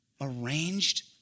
arranged